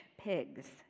pigs